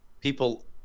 people